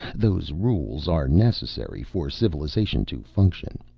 those rules are necessary for civilization to function.